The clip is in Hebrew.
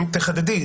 תחדדי,